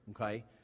okay